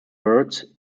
words